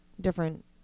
different